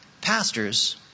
Pastors